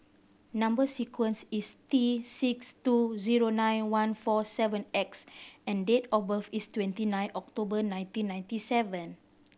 number sequence is T six two zero nine one four seven X and date of birth is twenty nine October nineteen ninety seven